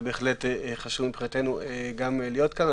זה בהחלט חשוב מבחינתנו להיות כאן.